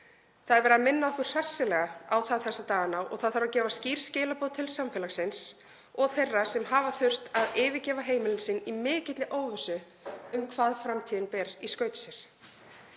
Það er verið að minna okkur hressilega á það þessa dagana og það þarf að gefa skýr skilaboð til samfélagsins og þeirra sem hafa þurft að yfirgefa heimili sín í mikilli óvissu um hvað framtíðin ber í skauti